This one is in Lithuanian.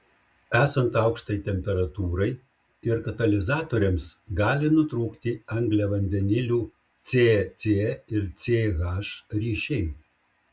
esant aukštai temperatūrai ir katalizatoriams gali nutrūkti angliavandenilių c c ir c h ryšiai